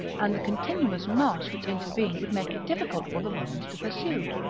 and the continuous marsh which intervened would make it difficult for the romans to pursue.